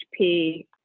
HP